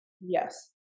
yes